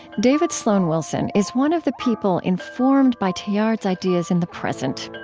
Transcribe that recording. david sloan wilson is one of the people informed by teilhard's ideas in the present.